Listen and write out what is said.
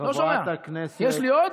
חברת הכנסת, יש לי עוד?